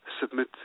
submit